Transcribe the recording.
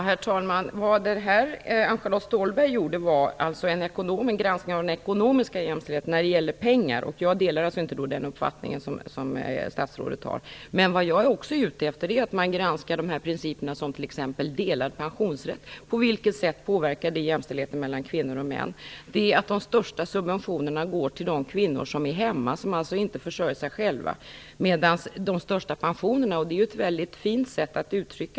Herr talman! Det som gjordes var en granskning av den ekonomiska jämställdheten. Jag delar inte den uppfattning som statsrådet har. Jag är också ute efter att man t.ex. granskar principen delad pensionsrätt. På vilket sätt påverkar det jämställdheten mellan kvinnor och män? De största subventionerna går till de kvinnor som är hemma och som alltså inte försörjer sig själva. Att tala om de största pensionerna är ganska smart.